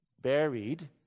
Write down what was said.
buried